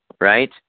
right